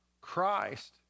Christ